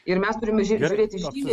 ir mes turime žiūrė žiūrėti žymiai